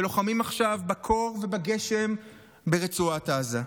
שלוחמים עכשיו בקור ובגשם ברצועת עזה.